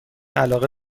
علاقه